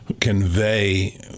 convey